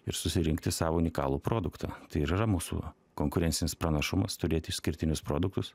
ir susirinkti savo unikalų produktą tai ir yra mūsų konkurencinis pranašumas turėti išskirtinius produktus